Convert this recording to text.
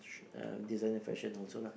uh designer fashion also lah